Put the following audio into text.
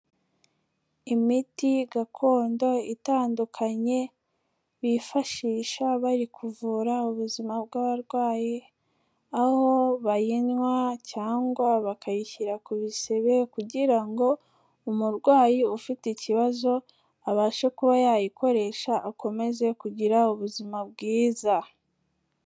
Imiti gakondo itandukanye, bifashisha bari kuvura ubuzima bw'abarwayi, aho bayinywa cyangwa bakayishyira ku bisebe kugira ngo umurwayi ufite ikibazo abashe kuba yayikoresha akomeze kugira ubuzima bwiza.